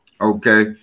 Okay